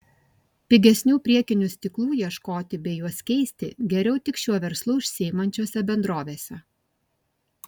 pigesnių priekinių stiklų ieškoti bei juos keisti geriau tik šiuo verslu užsiimančiose bendrovėse